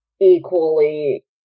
equally